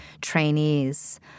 trainees